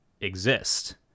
exist